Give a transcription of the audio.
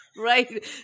Right